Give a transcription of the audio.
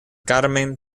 carmen